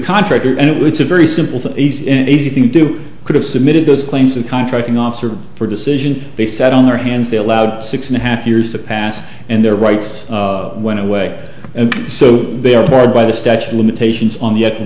contractor and it was a very simple to ease and easy thing to do could have submitted those claims of contracting officer for decision they sat on their hands they allowed six and a half years to pass and their rights went away and so they are barred by the statute of limitations on